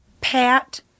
Pat